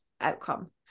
outcome